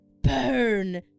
burn